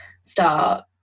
start